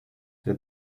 der